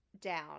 down